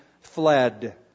fled